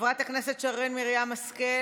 חברת הכנסת שרן מרים השכל,